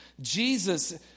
Jesus